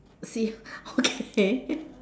say okay